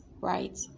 right